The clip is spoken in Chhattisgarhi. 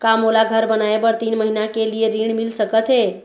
का मोला घर बनाए बर तीन महीना के लिए ऋण मिल सकत हे?